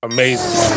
Amazing